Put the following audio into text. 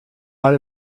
lot